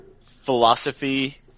philosophy